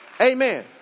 Amen